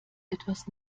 etwas